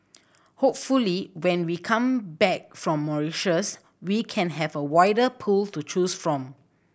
hopefully when we come back from we can have a wider pool to choose from